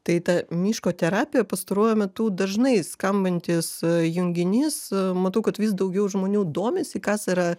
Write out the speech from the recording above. tai ta miško terapija pastaruoju metu dažnai skambantis junginys matau kad vis daugiau žmonių domisi kas yra